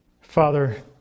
Father